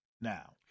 now